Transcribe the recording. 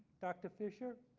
dr fisher,